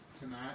tonight